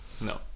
No